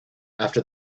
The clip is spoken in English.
after